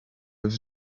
was